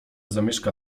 zamieszka